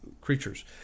creatures